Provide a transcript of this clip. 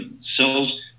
cells